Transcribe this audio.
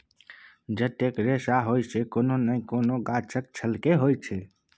जतेक रेशा होइ छै कोनो नहि कोनो गाछक छिल्के होइ छै